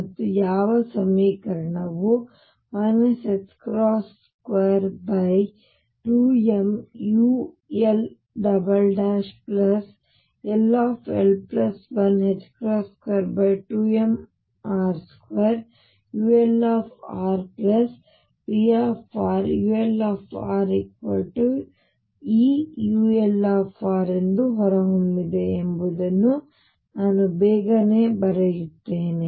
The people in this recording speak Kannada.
ಮತ್ತು ಯಾವ ಸಮೀಕರಣವು 22mulll122mr2ulrVulrEulr ಎಂದು ಹೊರಹೊಮ್ಮಿದೆ ಎಂಬುದನ್ನು ನಾನು ಬೇಗನೆ ಬರೆಯುತ್ತೇನೆ